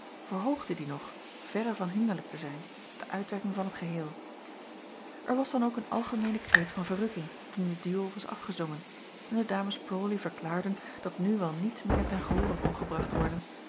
verhoogde die nog verre van hinderlijk te zijn de uitwerking van het geheel r was dan ook een algemeene kreet van verrukking toen de duo was afgezongen en de ames rawley verklaarden dat nu wel niets meer ten gehoore kon gebracht worden